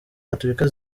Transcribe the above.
gatolika